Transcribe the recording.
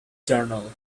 journal